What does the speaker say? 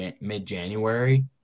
mid-January